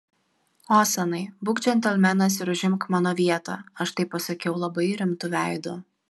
osanai būk džentelmenas ir užimk mano vietą aš tai pasakiau labai rimtu veidu